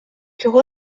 чого